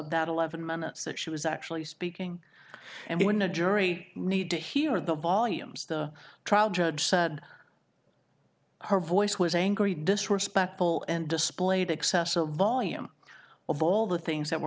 that eleven minutes that she was actually speaking and when the jury need to hear the volumes the trial judge said her voice was angry disrespectful and displayed excessive volume of all the things that were